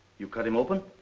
you cut him open?